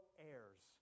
heirs